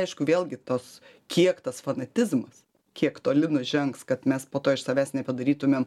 aišku vėlgi tos kiek tas fanatizmas kiek toli nužengs kad mes po to iš savęs nepadarytumėm